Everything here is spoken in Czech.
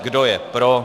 Kdo je pro?